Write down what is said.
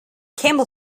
camel